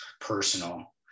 personal